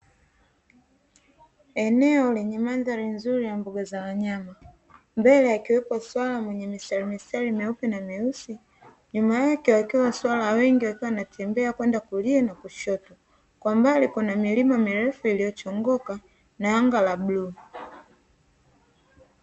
Eneo lenye mandhari nzuri ya mbuga za wanyama mbele akiwepo swala mwenye mistari mistari myeupe na myeusi, nyuma yake wakiwa swala wengi wakiwa wanatembea kwenda kulia na kushoto. Kwa mbali kuna milima mirefu iliyochongoka na anga la bluu.